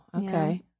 okay